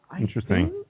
Interesting